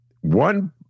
One